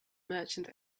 merchant